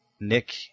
Nick